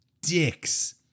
dicks